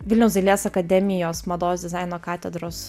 vilniaus dailės akademijos mados dizaino katedros